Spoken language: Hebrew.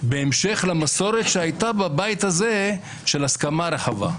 בהמשך למסורת שהייתה בבית הזה להסכמה רחבה.